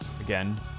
again